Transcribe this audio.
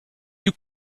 you